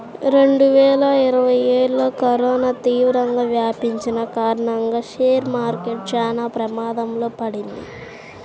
రెండువేల ఇరవైలో కరోనా తీవ్రంగా వ్యాపించిన కారణంగా షేర్ మార్కెట్ చానా ప్రమాదంలో పడింది